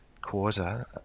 quarter